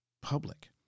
public